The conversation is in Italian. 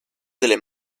delle